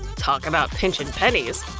talk about pinching pennies.